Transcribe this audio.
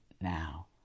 now